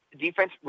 defense